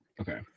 Okay